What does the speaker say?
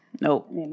Nope